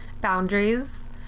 boundaries